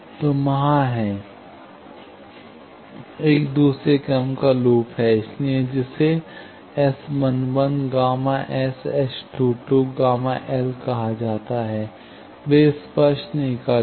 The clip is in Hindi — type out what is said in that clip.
तो वहाँ हैं एक दूसरे क्रम का लूप है इसलिए जिसे S11 ΓS S22 Γ L कहा जाता है वे स्पर्श नहीं करते हैं